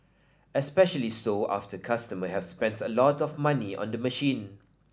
especially so after customer have spent a lot of money on the machine